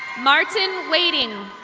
martin waiting.